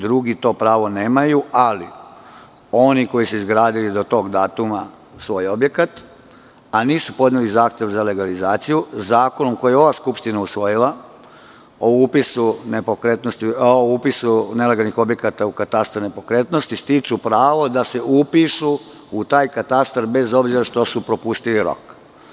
Drugi to pravo nemaju, ali oni koji su izgradili do tog datuma svoj objekat, a nisu podneli zahtev za legalizaciju, zakon koji je ova Skupština usvojila o upisu nepokretnosti, odnosno o upisu nelegalnih objekata za katastar, stiču pravo da se upišu u taj katastar, bez obzira što su propustili rok.